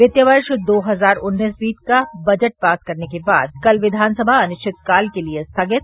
वित्तीय वर्ष दो हजार उन्नीस बीस का बजट पास करने के बाद कल विधानसभा अनिश्चितकाल के लिये स्थगित